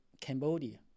Cambodia